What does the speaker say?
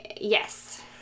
Yes